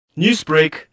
Newsbreak